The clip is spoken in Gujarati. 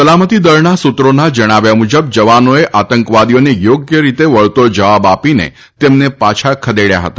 સલામતી દળના સૂત્રોના જણાવ્યા મુજબ જવાનોએ આતંકવાદીઓને થોગ્ય રીતે વળતો જવાબ આપીને તેમને પાછા ખદેડ્યા હતા